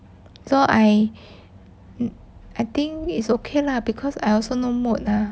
so I I think is okay lah because I also no mood lah